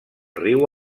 riu